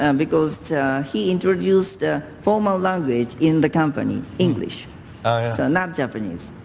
and because he introduced formal language in the company, english, so not japanese.